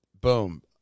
boom